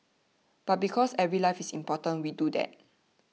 but because every life is important we do that